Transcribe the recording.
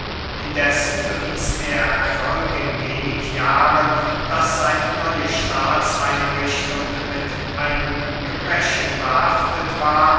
indessen bewies der erfolg in wenig jahren daß seine neue staatseinrichtung mit einem gebrechen behaftet war